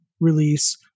release